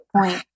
point